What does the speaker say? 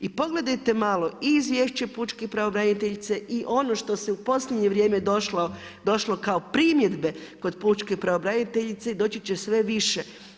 I pogledajte malo i Izvješće pučke pravobraniteljice i ono što se u posljednje vrijeme došlo kao primjedbe kod pučke pravobraniteljice doći će sve više.